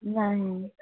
नाही